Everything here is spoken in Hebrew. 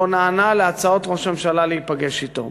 נענה להצעות ראש הממשלה להיפגש אתו.